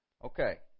Okay